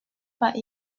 pas